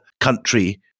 country